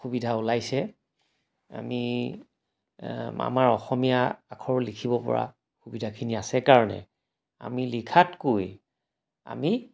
সুবিধা ওলাইছে আমি এ আমাৰ অসমীয়া আখৰ লিখিব পৰা সুবিধাখিনি আছে কাৰণে আমি লিখাতকৈ আমি